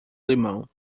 limão